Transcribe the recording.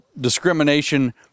discrimination